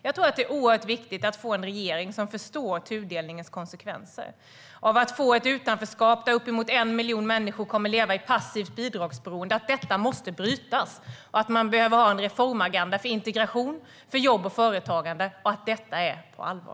Jag tror att det är oerhört viktigt att få en regering som förstår tudelningens konsekvenser, det vill säga ett utanförskap där uppemot 1 miljon människor kommer att leva i passivt bidragsberoende, och förstår att detta måste brytas, att man behöver ha en reformagenda för integration, jobb och företagande och att detta är på allvar.